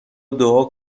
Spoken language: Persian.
دعا